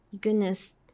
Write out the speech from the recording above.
goodness